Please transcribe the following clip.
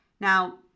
Now